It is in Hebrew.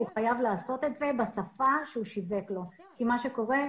הוא חייב לעשות את זה בשפה שהוא שיווק לו כי מה שקורה,